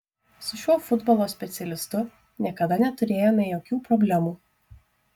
su šiuo futbolo specialistu niekada neturėjome jokių problemų